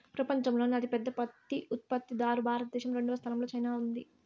పపంచంలోనే అతి పెద్ద పత్తి ఉత్పత్తి దారు భారత దేశం, రెండవ స్థానం లో చైనా ఉంది